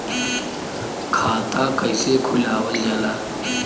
खाता कइसे खुलावल जाला?